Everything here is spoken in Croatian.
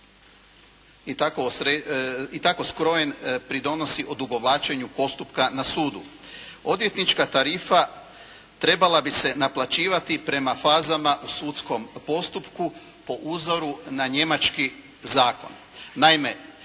i tako skrojen pridonosi odugovlačenju postupka na sudu. Odvjetnička tarifa trebala bi se naplaćivati prema fazama u sudskom postupku po uzoru na njemački zakon.